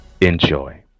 enjoy